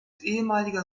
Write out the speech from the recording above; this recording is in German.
ehemaliger